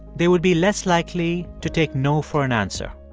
they would be less likely to take no for an answer.